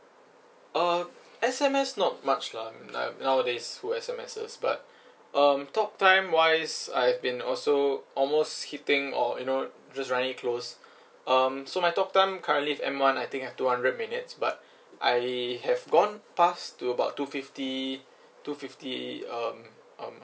uh S_M_S not much lah now nowadays who S_M_Ses but um talk time wise I've been also almost hitting or you know just running close um so my talk time currently with M one I think have two hundred minutes but I really have gone past to about two fifty two fifty um um um